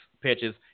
pitches